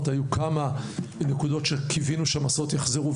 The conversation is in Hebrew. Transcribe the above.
היו כמה נקודות שקיווינו שהמסעות יחזרו.